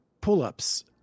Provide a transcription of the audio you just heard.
pull-ups